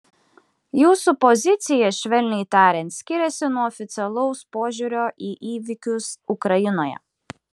jūsų pozicija švelniai tariant skiriasi nuo oficialaus požiūrio į įvykius ukrainoje